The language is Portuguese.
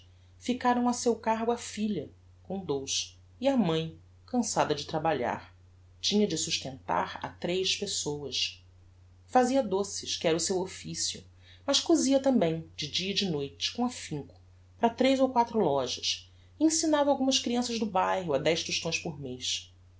ficaram a seu cargo a filha com dous e a mãe cançada de trabalhar tinha de sustentar a tres pessoas fazia doces que era o seu officio mas cosia tambem de dia e de noite com affinco para tres ou quatro lojas e ensinava algumas crianças do bairro a dez tostões por mez